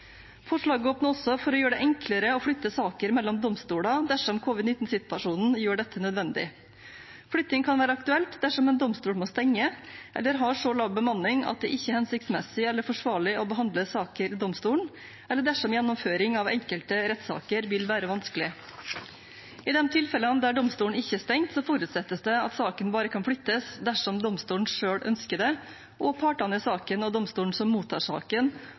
Forslaget åpner også for å gjøre det enklere å flytte saker mellom domstolene dersom covid-19-situasjonen gjør dette nødvendig. Flytting kan være aktuelt dersom en domstol må stenge eller har så lav bemanning at det ikke er hensiktsmessig eller forsvarlig å behandle saker i domstolen, eller dersom gjennomføring av enkelte rettssaker vil være vanskelig. I de tilfellene domstolen ikke er stengt, forutsettes det at saken bare kan flyttes dersom domstolen selv ønsker det og partene i saken og domstolen som mottar saken,